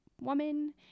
woman